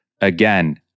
again